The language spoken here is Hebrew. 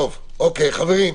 אוקיי, חברים,